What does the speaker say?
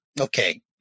okay